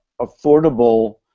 affordable